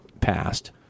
passed